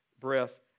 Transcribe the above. breath